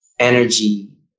energy